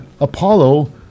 Apollo